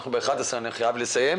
ב-11:00 אנחנו חייבים לסיים.